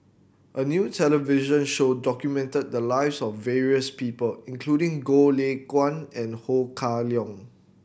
a new television show documented the lives of various people including Goh Lay Kuan and Ho Kah Leong